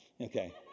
okay